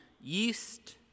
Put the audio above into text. yeast